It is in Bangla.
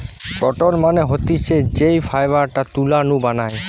কটন মানে হতিছে যেই ফাইবারটা তুলা নু বানায়